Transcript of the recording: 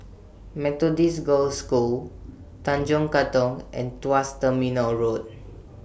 Methodist Girls' School Tanjong Katong and Tuas Terminal Road